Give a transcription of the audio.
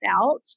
out